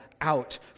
out